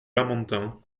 lamentin